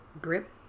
grip